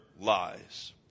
lies